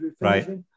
Right